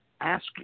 ask